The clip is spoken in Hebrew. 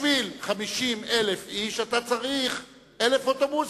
בשביל 50,000 איש אתה צריך 1,000 אוטובוסים.